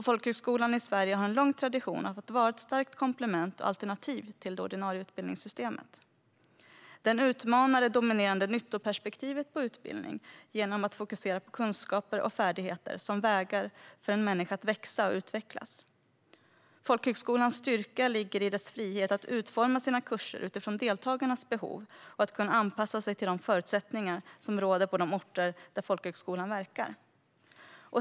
Folkhögskolan i Sverige har en lång tradition av att vara ett starkt komplement och alternativ till det ordinarie utbildningssystemet. Den utmanar det dominerande nyttoperspektivet på utbildning genom att fokusera på kunskaper och färdigheter som vägar för en människa att växa och utvecklas. Folkhögskolans styrka ligger i dess frihet att utforma sina kurser utifrån deltagarnas behov och att kunna anpassa sig till de förutsättningar som råder på de orter där folkhögskolan verkar.